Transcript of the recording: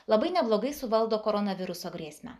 labai neblogai suvaldo koronaviruso grėsmę